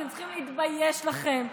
אתם צריכים להתבייש לכם.